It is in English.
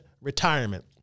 Retirement